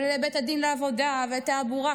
לבית הדין לעבודה ותעבורה?